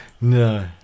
No